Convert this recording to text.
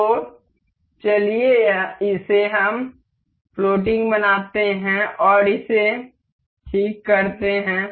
तो चलिए हम इसे फ्लोटिंग बनाते हैं और इसे ठीक करते हैं